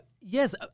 Yes